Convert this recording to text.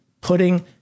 putting